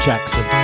Jackson